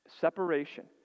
separation